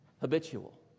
habitual